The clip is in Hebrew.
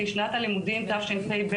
כי שנת הלימודים תשפ"ב,